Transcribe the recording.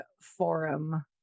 Forum